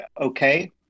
okay